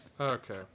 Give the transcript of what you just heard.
Okay